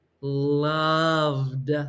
loved